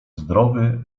zdrowy